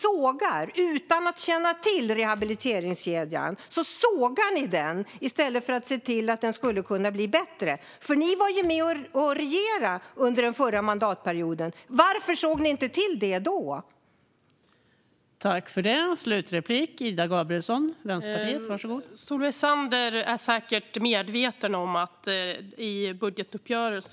Men utan att känna till rehabiliteringskedjan sågar ni den i stället för att se till att den kan bli bättre. Ni ingick ju i regeringsunderlaget under den förra mandatperioden. Varför såg ni inte till att göra det då?